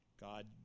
God